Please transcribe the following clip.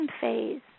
phase